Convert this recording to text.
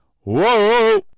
Whoa